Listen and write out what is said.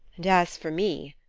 and as for me,